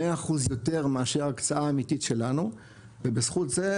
מאה אחוז יותר מאשר הקצאה אמיתית שלנו ובזכות זה,